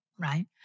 Right